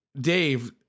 Dave